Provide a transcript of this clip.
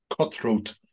cutthroat